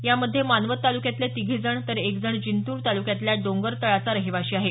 यामध्ये मानवत तालुक्यातले तिघे जण तर एक जण जिंतूर तालुक्यातल्या डोंगरतळाचा रहिवाशी आहे